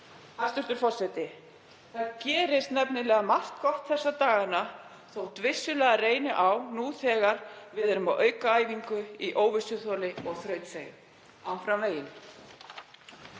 Hæstv. forseti. Það gerist nefnilega margt gott þessa dagana þótt vissulega reyni á, nú þegar við erum á aukaæfingu í óvissuþoli og þrautseigju. Áfram veginn.